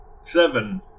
Seven